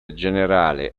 generale